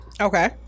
Okay